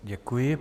Děkuji.